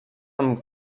amb